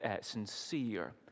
sincere